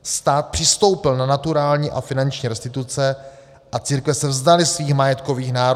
Stát přistoupil na naturální a finanční restituce a církve se vzdaly svých majetkových nároků.